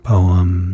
Poem